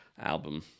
album